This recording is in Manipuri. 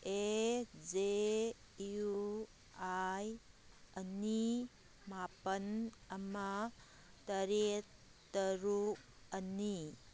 ꯑꯦ ꯖꯦ ꯏꯌꯨ ꯑꯥꯏ ꯑꯅꯤ ꯃꯥꯄꯜ ꯑꯃ ꯇꯔꯦꯠ ꯇꯔꯨꯛ ꯑꯅꯤ